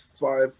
Five